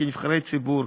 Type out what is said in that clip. כנבחרי ציבור,